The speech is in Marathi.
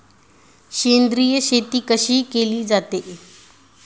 सेंद्रिय शेती कशी केली जाते?